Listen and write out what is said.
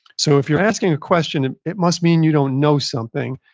so, if you're asking a question, and it must mean you don't know something.